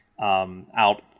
Out